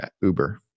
Uber